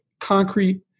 concrete